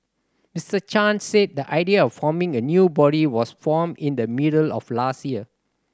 Mister Chan said the idea of forming a new body was formed in the middle of last year